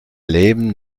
leben